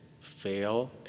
fail